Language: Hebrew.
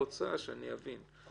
עד היום, זו שאלה מצוינת.